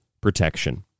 protection